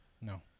No